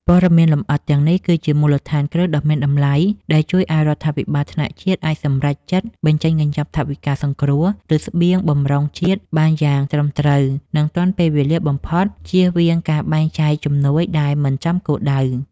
ព័ត៌មានលម្អិតទាំងនេះគឺជាមូលដ្ឋានគ្រឹះដ៏មានតម្លៃ ដែលជួយឱ្យរដ្ឋាភិបាលថ្នាក់ជាតិអាចសម្រេចចិត្តបញ្ចេញកញ្ចប់ថវិកាសង្គ្រោះ ឬស្បៀងបម្រុងជាតិបានយ៉ាងត្រឹមត្រូវ និងទាន់ពេលវេលាបំផុត ជៀសវាងការបែងចែកជំនួយដែលមិនចំគោលដៅ។